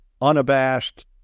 unabashed